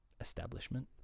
establishment